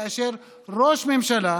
כאשר ראש הממשלה